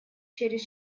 через